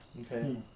Okay